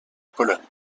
pologne